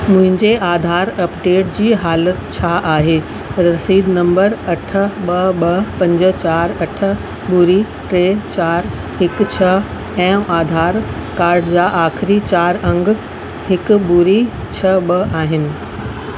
मुंहिंजे आधार अपडेट जी हालति छा आहे रसीद नंबर अठ ॿ ॿ पंज चारि अठ ॿुड़ी टे चारि हिकु छह ऐं आधार कार्ड जा आख़िरी चारि अंग हिकु ॿुड़ी छह ॿ आहिनि